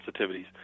sensitivities